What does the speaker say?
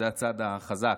זה הצד החזק.